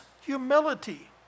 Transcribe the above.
humility